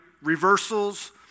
reversals